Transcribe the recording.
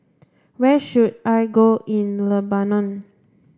where should I go in Lebanon